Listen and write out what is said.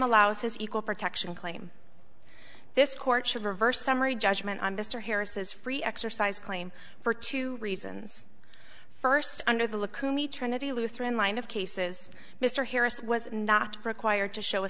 allows his equal protection claim this court should reverse summary judgment on mr harris is free exercise claim for two reasons first under the look kumi trinity lutheran line of cases mr harris was not required to show a